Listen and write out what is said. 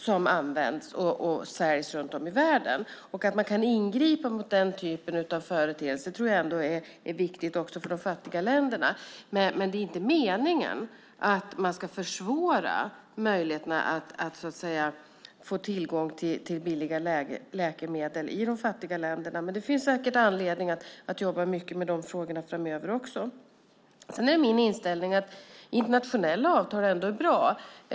Det är viktigt också för de fattiga länderna att man kan ingripa mot den typen av företeelse. Men det är inte meningen att man ska försvåra möjligheterna att få tillgång till billiga läkemedel i de fattiga länderna. Det finns säkert anledning att jobba mycket med dessa frågor också framöver. Min inställning är att internationella avtal är bra.